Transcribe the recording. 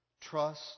Trust